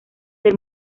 del